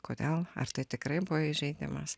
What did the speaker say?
kodėl ar tai tikrai buvo įžeidimas